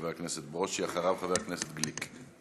חבר הכנסת ברושי, ואחריו, חבר הכנסת גליק.